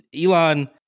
elon